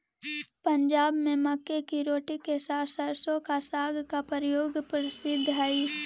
पंजाब में मक्के की रोटी के साथ सरसों का साग का प्रयोग प्रसिद्ध हई